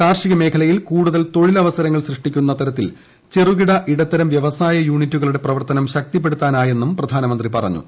കാർഷിക മേഖലയിൽ കൂടുതൽ തൊഴിലവസരങ്ങൾ സൃഷ്ടിക്കുന്ന തരത്തിൽ ചെറുകിട ഇടത്തരം വ്യവസായ യൂണിറ്റുകളുടെ പ്രവർത്തനം ശക്തിപ്പെടുത്താനായെന്നും അദ്ദേഹം പറഞ്ഞു